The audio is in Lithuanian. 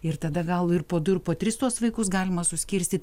ir tada gal ir po du ir po tris tuos vaikus galima suskirstyt